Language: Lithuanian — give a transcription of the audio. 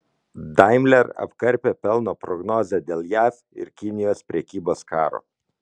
daimler apkarpė pelno prognozę dėl jav ir kinijos prekybos karo